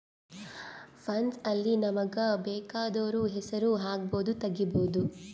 funds ಅಲ್ಲಿ ನಮಗ ಬೆಕಾದೊರ್ ಹೆಸರು ಹಕ್ಬೊದು ತೆಗಿಬೊದು